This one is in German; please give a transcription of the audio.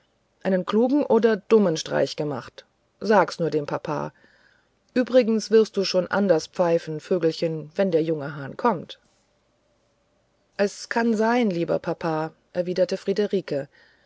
einen klugen oder dummen streich gemacht sag's nur dem papa übrigens wirst du schon anders pfeifen vögelchen wenn der junge hahn kommt es kann sein lieber papa erwiderte friederike